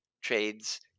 trades